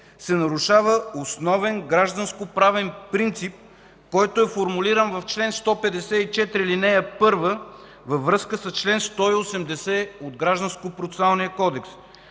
се нарушава основен гражданскоправен принцип, който е формулиран в чл. 154, ал. 1, във връзка с чл. 180 от Гражданския процесуален кодекс.